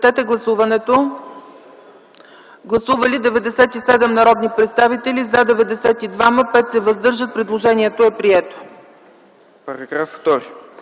Параграф 8.